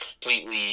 completely